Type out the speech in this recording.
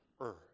earth